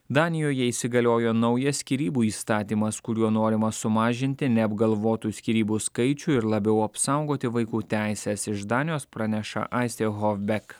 danijoje įsigaliojo naujas skyrybų įstatymas kuriuo norima sumažinti neapgalvotų skyrybų skaičių ir labiau apsaugoti vaikų teises iš danijos praneša aistė hofbek